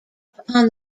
upon